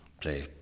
play